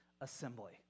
assembly